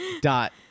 dot